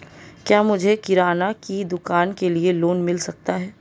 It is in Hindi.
क्या मुझे किराना की दुकान के लिए लोंन मिल सकता है?